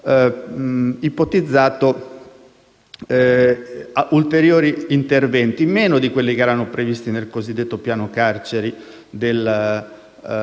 ulteriori interventi, meno di quelli che erano previsti nel cosiddetto piano carceri varato dal governo Berlusconi.